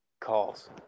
Calls